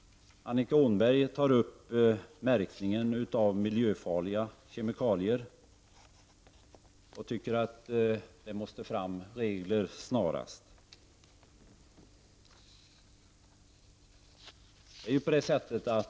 Annika Åhnberg tar upp märkningen av miljöfarliga kemikalier och tycker att det måste fram regler snarast.